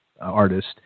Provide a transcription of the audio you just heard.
artist